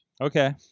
Okay